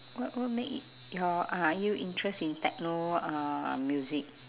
what what make y~ your are you interest in techno uh music